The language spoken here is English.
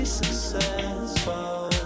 successful